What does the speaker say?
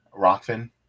Rockfin